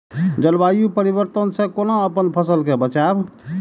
जलवायु परिवर्तन से कोना अपन फसल कै बचायब?